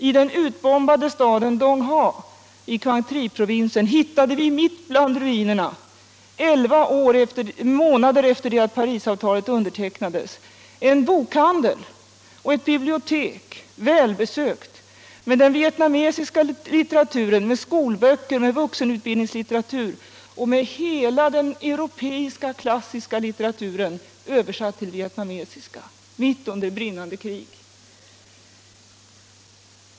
I den utbombade staden Dong Ha i provinsen Quang Tri hittade vi bland ruinerna elva månader efter det att Parisavtalet hade undertecknats en bokhandel och ett bibliotek, väl besökta, med den vietnamesiska litteraturen, med skolböcker, med vuxenutbildningslitteratur och med hela den europeiska klassiska litteraturen, översatt till vietnamesiska mitt under brinnande krig.